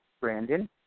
Brandon